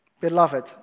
Beloved